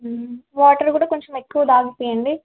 water కూడా కొంచెం ఎక్కువ తాగించండి